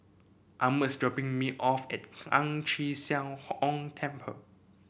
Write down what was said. is dropping me off at Ang Chee Sia Ong Temple